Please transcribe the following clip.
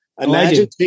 Imagine